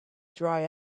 dry